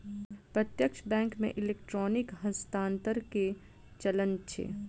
प्रत्यक्ष बैंक मे इलेक्ट्रॉनिक हस्तांतरण के चलन अछि